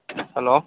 hello